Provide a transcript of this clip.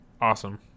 awesome